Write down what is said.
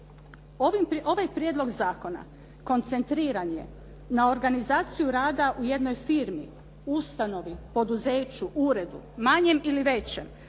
Ovaj prijedlog zakona koncentriran je na organizaciju rada u jednoj firmi, ustanovi, poduzeću, uredu, manjem ili većem,